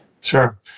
Sure